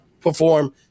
perform